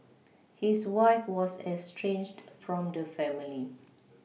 his wife was estranged from the family